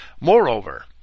Moreover